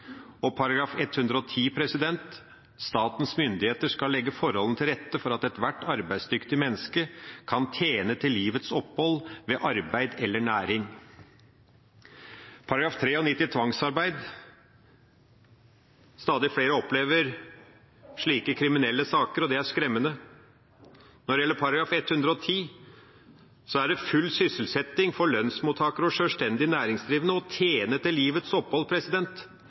Og videre i § 110: «Statens myndigheter skal legge forholdene til rette for at ethvert arbeidsdyktig menneske kan tjene til livets opphold ved arbeid eller næring.» Til § 93, om tvangsarbeid: Stadig flere opplever slike kriminelle saker, og det er skremmende. Når det gjelder § 110, er det full sysselsetting for lønnsmottakere og sjølstendig næringsdrivende å tjene til livets opphold.